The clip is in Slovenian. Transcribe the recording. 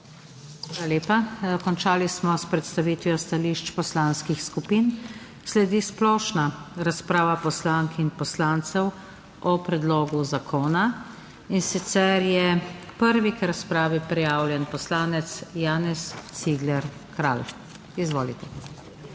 Hvala lepa. Končali smo s predstavitvijo stališč poslanskih skupin. Sledi splošna razprava poslank in poslancev O predlogu zakona, in sicer je prvi k razpravi prijavljen poslanec Janez Cigler Kralj. Izvolite. **JANEZ